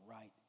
right